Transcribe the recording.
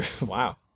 Wow